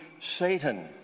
Satan